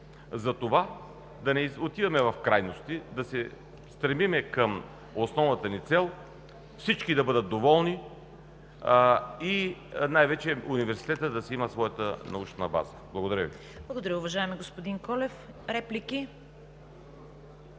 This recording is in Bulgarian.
Затова да не отиваме в крайности, да се стремим към основната ни цел – всички да бъдат доволни и най-вече Университетът да си има своята научна база. Благодаря Ви. ПРЕДСЕДАТЕЛ ЦВЕТА КАРАЯНЧЕВА: Благодаря, уважаеми господин Колев. Реплики?